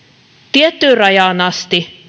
tiettyyn rajaan asti